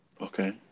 Okay